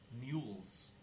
mules